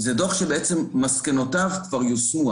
זה דוח שמסקנותיו בעצם כבר יושמו.